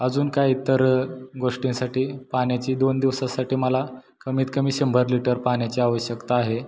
अजून काय इतर गोष्टींसाठी पाण्याची दोन दिवसासाठी मला कमीत कमी शंभर लिटर पाण्याची आवश्यकता आहे